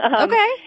Okay